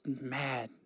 mad